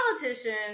politician